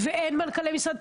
שאין מנכ״לי משרד?